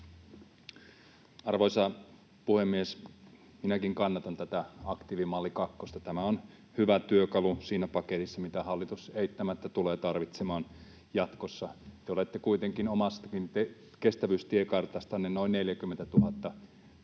Arvoisa puhemies! Minäkin kannatan tätä aktiivimalli kakkosta. Tämä on hyvä työkalu siinä paketissa, mitä hallitus eittämättä tulee tarvitsemaan jatkossa. Te olette kuitenkin omastakin kestävyystiekartastanne noin 40 000